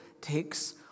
takes